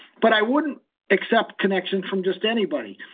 but i wouldn't accept connections from just anybody.